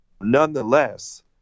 nonetheless